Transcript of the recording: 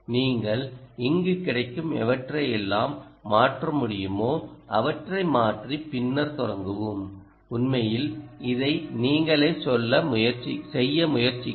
நீங்கள் இங்கு கிடைக்கும் எவற்றையெல்லாம் மாற்ற முடியுமோ அவற்றை மாற்றி பின்னர் தொடங்கவும் உண்மையில் இதை நீங்களே செய்ய முயற்சிக்கவும்